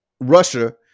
Russia